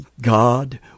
God